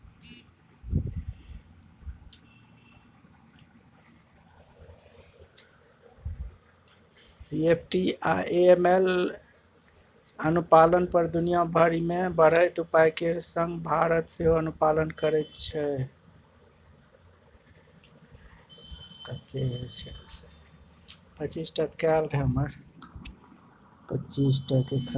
CFT आ AML अनुपालन पर दुनिया भरि मे बढ़ैत उपाय केर संग भारत सेहो अनुपालन करैत छै